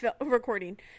recording